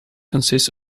consists